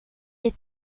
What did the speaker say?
les